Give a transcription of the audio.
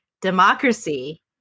democracy